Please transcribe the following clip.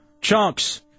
Chunks